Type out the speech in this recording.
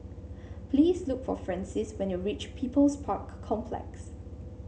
please look for Francis when you reach People's Park Complex